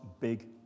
big